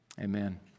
amen